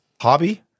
hobby